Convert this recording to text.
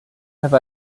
have